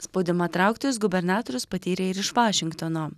spaudimą trauktis gubernatorius patyrė ir iš vašingtono